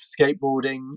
skateboarding